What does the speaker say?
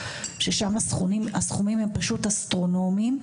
ששם הסכומים הם פשוט אסטרונומיים,